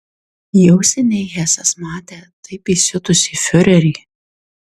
jau seniai hesas matė taip įsiutusį fiurerį